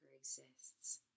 exists